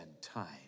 time